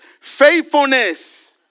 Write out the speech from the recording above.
faithfulness